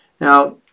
Now